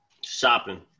shopping